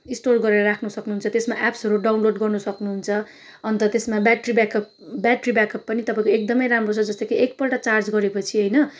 store गरेर राख्न सक्नुहुन्छ त्यसमा एप्सहरू डाउनलोड गर्नु सक्नुहुन्छ अन्त त्यसमा ब्याट्री ब्याकअप ब्याट्री ब्याकअप पनि तपाईँको एकदमै राम्रो छ जस्तो कि एकपल्ट चार्ज गरेपछि होइन